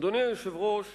אדוני היושב-ראש,